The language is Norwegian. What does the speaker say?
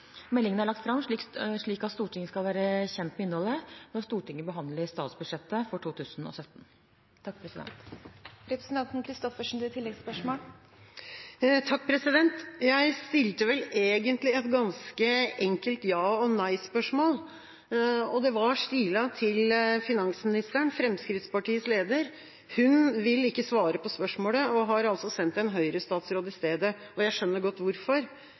Meldingen er lagt fram, slik at Stortinget skal være kjent med innholdet når Stortinget behandler statsbudsjettet for 2017. Jeg stilte vel egentlig et ganske enkelt ja- og nei-spørsmål, og det var stilet til finansministeren, Fremskrittspartiets leder. Hun vil ikke svare på spørsmålet og har altså sendt en Høyre-statsråd i stedet, og jeg skjønner godt hvorfor.